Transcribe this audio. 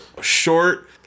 Short